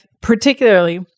particularly